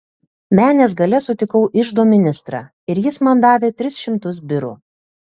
menės gale sutikau iždo ministrą ir jis man davė tris šimtus birų